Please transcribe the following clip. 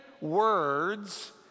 words